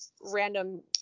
random